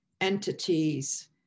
entities